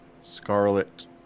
Scarlet